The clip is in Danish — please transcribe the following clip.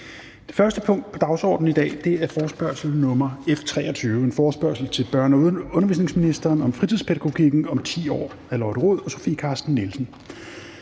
2021 kl. 10.00 Dagsorden 1) Forespørgsel nr. F 23: Forespørgsel til børne- og undervisningsministeren om fritidspædagogikken om 10 år. Af Lotte Rod (RV) og Sofie Carsten Nielsen